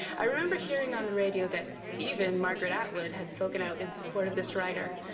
i remember hearing on the radio that even margaret atwood had spoken out in support of this writer,